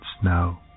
snow